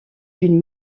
d’une